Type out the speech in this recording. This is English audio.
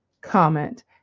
comment